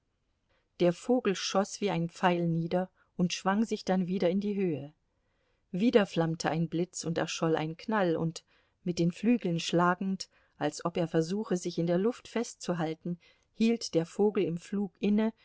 der vogel schoß wie ein pfeil nieder und schwang sich dann wieder in die höhe wieder flammte ein blitz und erscholl ein knall und mit den flügeln schlagend als ob er versuche sich in der luft festzuhalten hielt der vogel im fluge inne